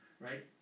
right